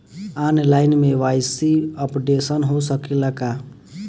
आन line KYC updation हो सकेला का?